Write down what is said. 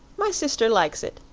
my sister likes it,